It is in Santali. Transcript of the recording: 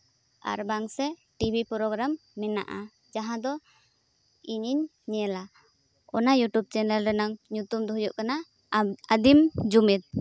ᱟᱨ ᱵᱟᱝᱥᱮ ᱴᱤᱵᱷᱤ ᱯᱨᱳᱜᱨᱟᱢ ᱢᱮᱱᱟᱜᱼᱟ ᱡᱟᱦᱟᱸ ᱫᱚ ᱤᱧᱤᱧ ᱧᱮᱞᱟ ᱚᱱᱟ ᱤᱭᱩᱴᱩᱵᱽ ᱪᱮᱱᱮᱞ ᱨᱮᱱᱟᱜ ᱧᱩᱛᱩᱢ ᱫᱚ ᱦᱩᱭᱩᱜ ᱠᱟᱱᱟ ᱟᱹᱫᱤᱢ ᱡᱩᱢᱤᱫ